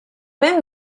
hem